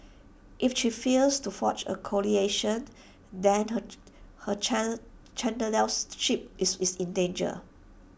if she fails to forge A coalition then her is in danger